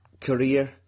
career